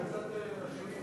מצאתם אשמים,